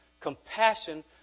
Compassion